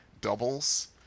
doubles